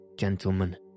gentlemen